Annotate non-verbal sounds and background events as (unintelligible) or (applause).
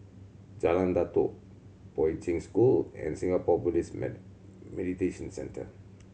Jalan Datoh Poi Ching School and Singapore Buddhist (unintelligible) Meditation Centre